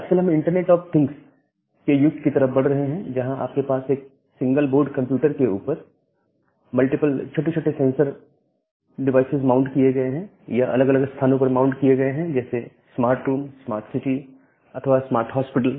आजकल हम internet of thing के युग की तरफ बढ़ रहे हैं जहां आपके पास एक सिंगल बोर्ड कंप्यूटर के ऊपर मल्टीपल छोटे छोटे सेंसर डिवाइसेज माउंट किए गए हैं यह अलग अलग स्थानों पर माउंट किए गए हैं जैसे स्मार्ट रूम स्मार्ट सिटी अथवा स्मार्ट हॉस्पिटल